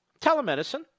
Telemedicine